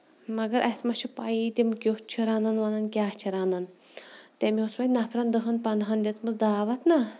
مَگر اَسہِ مہ چھُ پَیی تِم کیُتھ چھِ رَنان وَنان کیاہ چھِ رَنان تٔمۍ اوس وۄنۍ نفرن دہن پندہن دِژمٕژ داوَتھ نہ